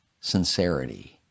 Sincerity